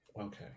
Okay